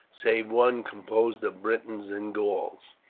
save one composed of britons and gauls,